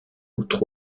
autre